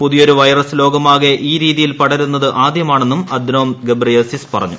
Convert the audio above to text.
പുതിയൊരു വൈറസ് ലോകമാകെ ഈ രീതിയിൽ പടരുന്നത് ആദ്യമാണെന്നും അദ്നോം ഗബ്രിയേസിസ് പറഞ്ഞു